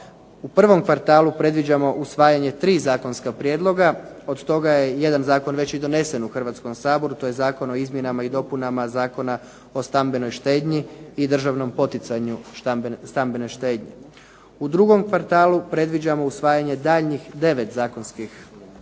U prvom kvartalu predviđamo usvajanje tri zakonska prijedloga, od toga je jedan zakon već i donesen u Hrvatskom saboru a to je Zakon o izmjenama i dopunama Zakona o stambenoj štednji i državnom poticanju stambene štednje. U drugom kvartalu predviđamo usvajanje daljnjih devet zakonskih prijedloga.